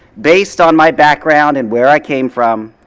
based on my background and where i came from,